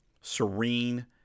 serene